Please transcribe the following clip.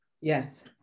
yes